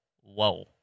Whoa